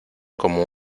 como